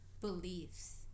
beliefs